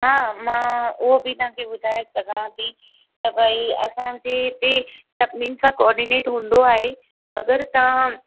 हा मां उहो बि तव्हां खे ॿुधाए सघां थी त भई असांजे हिते सभिनी सां गॾु कॉओरडिनेट हूंदो आहे अगरि तव्हां